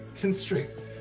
constrict